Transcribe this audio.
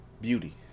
beauty